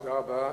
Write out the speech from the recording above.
תודה רבה.